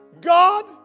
God